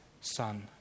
son